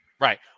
Right